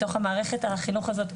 בתוך המערכת חינוך הזאת,